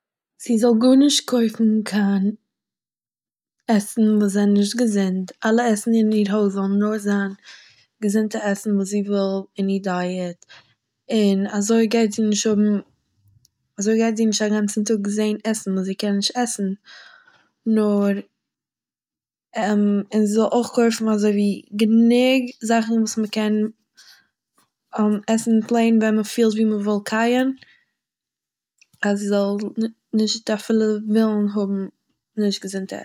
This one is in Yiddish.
זי זאל גארנישט קויפן קיין עסן וואס זענען נישט געזונט, אלע עסן אין איר הויז זאלן נאר זיין געזונטע עסן וואס זי וויל אין איר דייעט און אזוי גייט זי נישט האבן אזוי גייט זי נישט א גאנצן טאג זעהן עסן וואס זי קען נישט עסן נאר- און זי זאל אויך קויפן אזויווי גענוג זאכן וואס מען קען עסן פלעין ווען מען פילט ווי מ'וויל קייען, אז זי זאל נישט אפילו וועלן האבן נישט געזונטע עסן